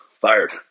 fired